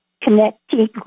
connecting